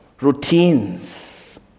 Routines